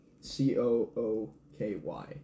C-O-O-K-Y